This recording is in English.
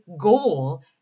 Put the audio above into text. goal